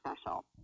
special